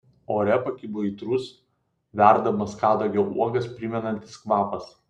ore pakibo aitrus verdamas kadagio uogas primenantis kvapas